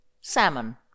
Salmon